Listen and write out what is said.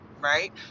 right